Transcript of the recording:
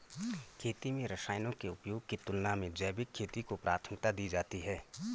खेती में रसायनों के उपयोग की तुलना में जैविक खेती को प्राथमिकता दी जाती है